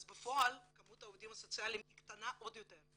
אז בפועל מספר העובדים הסוציאליים קטן עוד יותר.